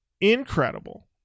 Incredible